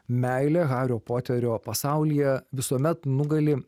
meilė hario poterio pasaulyje visuomet nugali